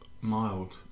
mild